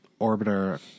Orbiter